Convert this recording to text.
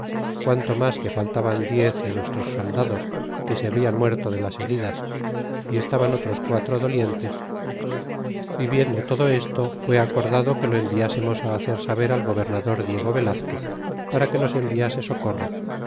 quanto mas que faltaban diez de nuestros soldados que se hablan muerto de las heridas y estaban otros quatro dolientes ó viendo todo esto fuó acordado que lo enviasemos hacer saber al gobernador diego velazquez para que nos enviase socorro